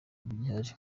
bigihari